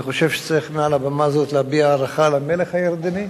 אני חושב שצריך מעל הבמה הזאת להביע הערכה למלך הירדני,